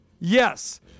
yes